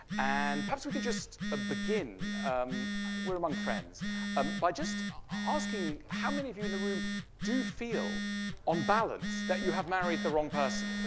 and perhaps we can just ah begin um we're among friends um by just asking how many of you in the room do feel on balance that you have married the wrong person?